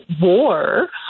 war